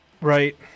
right